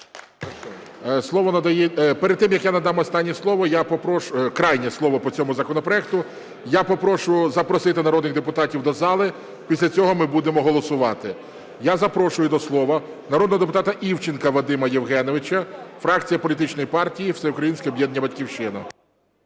перед тим, як я надам останнє слово, я попрошу, крайнє слово по цьому законопроекту, я попрошу запросити народних депутатів до зали, після цього ми будемо голосувати. Я запрошую до слова народного депутата Івченка Вадима Євгеновича, фракція політичної партії Всеукраїнське об'єднання "Батьківщина".